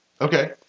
Okay